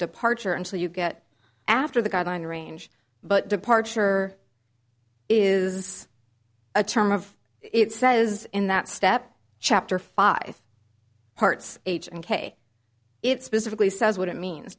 departure and so you get after the guideline range but departure is a term of it says in that step chapter five parts h and k it specifically says what it means